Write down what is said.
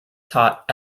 taught